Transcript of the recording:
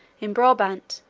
in brabant,